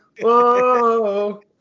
Whoa